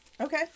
Okay